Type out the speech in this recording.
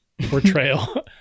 portrayal